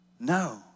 No